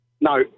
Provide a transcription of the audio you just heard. No